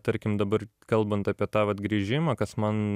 tarkim dabar kalbant apie tą vat grįžimą kas man